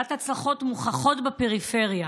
בעלת הצלחות מוכחות בפריפריה,